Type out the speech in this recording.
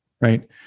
Right